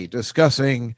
discussing